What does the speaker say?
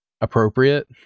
appropriate